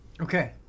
Okay